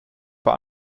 vor